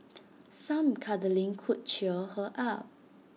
some cuddling could cheer her up